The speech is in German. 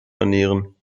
ernähren